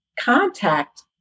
contact